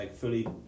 fully